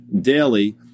daily